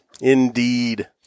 Indeed